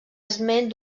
esment